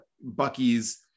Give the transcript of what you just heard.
Bucky's